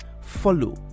follow